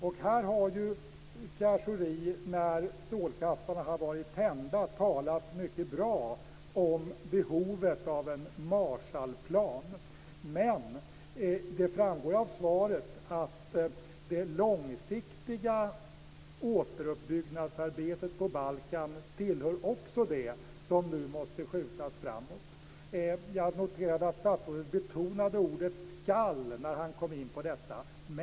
Pierre Schori har, när strålkastarna har varit tända, talat mycket bra om behovet av en Marshallplan. Men det framgår av svaret att det långsiktiga återuppbyggnadsarbetet på Balkan också tillhör det som nu måste skjutas framåt. Jag noterade att statsrådet betonade ordet "skall" när han talade om insatser med anledning av situationen på Balkan.